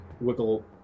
wiggle